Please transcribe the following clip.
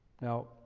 Now